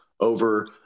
over